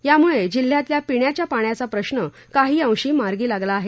यामुळे जिल्ह्यातल्या पिण्याच्या पाण्याचा प्रश्न काही अंशी मार्गी लागला आहे